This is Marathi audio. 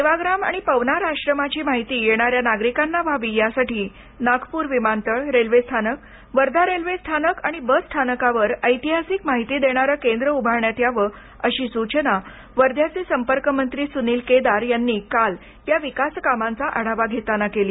सेवाग्राम आणि पवनार आश्रमाची माहिती येणाऱ्या नागरिकांना व्हावी यासाठी नागप्र विमानतळ रेल्वे स्थानक वर्धा रेल्वे स्थानक आणि बस स्थानकावर ऐतिहासिक माहिती देणार केंद्र उभारण्यात यावं अशी सूचना वध्याचे संपर्कमंत्री सुनील केदार यांनी काल या विकासकामांचा आढावा घेताना केली